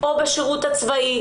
ב' בחשוון התשפ"א,